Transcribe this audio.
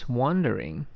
wondering